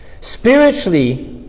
Spiritually